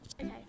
okay